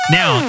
now